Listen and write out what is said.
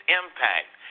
impact